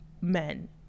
men